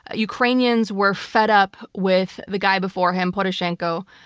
ukrainians were fed up with the guy before him, poroshenko,